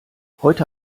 heute